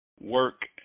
work